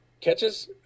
catches